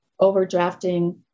overdrafting